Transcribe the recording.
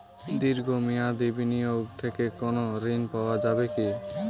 দীর্ঘ মেয়াদি বিনিয়োগ থেকে কোনো ঋন পাওয়া যাবে কী?